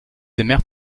aimèrent